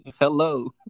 Hello